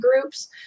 groups